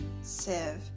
sieve